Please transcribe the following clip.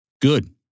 Good